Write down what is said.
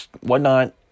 whatnot